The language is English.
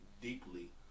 deeply